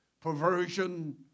perversion